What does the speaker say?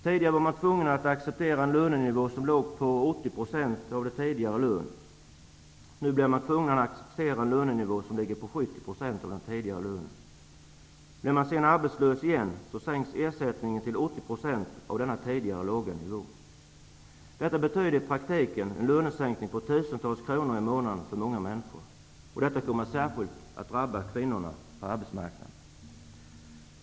Tidigare var man tvungen att acceptera en lönenivå som låg på 80 % av tidigare lön. Nu blir man tvungen att acceptera en lönenivå som ligger på 70 % av tidigare lön. Blir man sedan arbetslös igen så sänks ersättningen till 80 % av denna tidigare låga nivå. Detta betyder i praktiken lönesänkningar på tusentals kronor i månaden för många människor. Detta kommer särskilt att drabba kvinnorna på arbetsmarknaden.